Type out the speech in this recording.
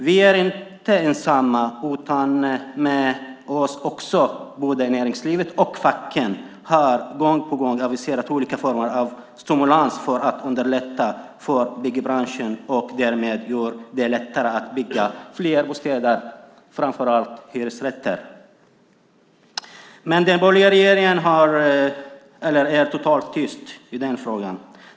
Vi är inte ensamma, både näringslivet och facken har gång på gång aviserat olika former av stimulans för att underlätta för byggbranschen och därmed göra det lättare att bygga fler bostäder, framför allt hyresrätter. Den borgerliga regeringen är totalt tyst i den frågan.